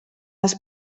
als